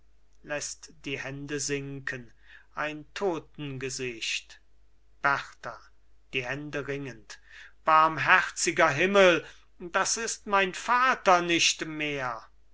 läßt die hände sinken ein totengesicht berta die hände ringend barmherziger himmel das ist mein vater nicht mehr